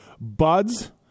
Buds